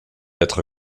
être